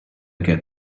get